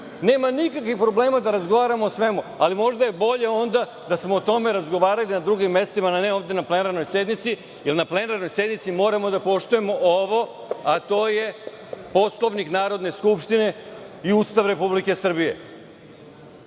nikakvih problema da razgovaramo o svemu, ali je možda onda bolje da smo o tome razgovarali na drugim mestima, a ne ovde na plenarnoj sednici, jer na plenarnoj sednici moramo da poštujemo ovo, a to je Poslovnik Narodne skupštine i Ustav Republike Srbije.